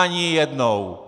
Ani jednou!